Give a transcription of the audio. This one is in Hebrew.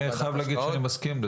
אני חייב להגיד שאני מסכים.